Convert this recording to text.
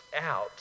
out